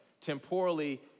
temporally